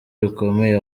bikomeye